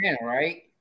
right